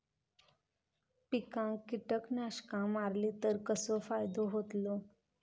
पिकांक कीटकनाशका मारली तर कसो फायदो होतलो?